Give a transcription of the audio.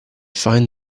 find